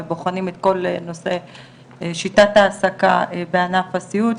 ובוחנים את כל נושא שיטת ההעסקה בענף הסיעוד.